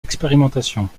expérimentations